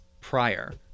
prior